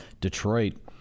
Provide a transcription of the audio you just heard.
Detroit